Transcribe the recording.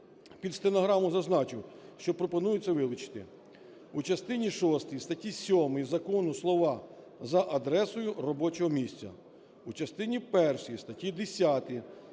під стенограму зазначу, що пропонується вилучити: у частині шостій статті 7 закону слова "за адресою робочого місця"; у частині першій статті 10